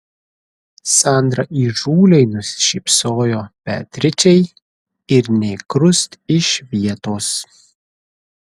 sandra įžūliai nusišypsojo beatričei ir nė krust iš vietos